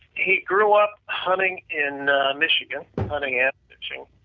he grew up hunting in michigan, hunting and fishing.